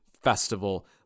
festival